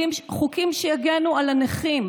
חוקים שיגנו על הנכים,